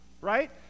right